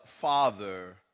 father